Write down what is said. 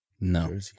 No